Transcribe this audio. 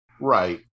Right